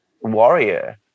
Warrior